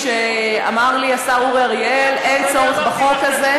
אמר לי השר אורי אריאל: אין צורך בחוק הזה,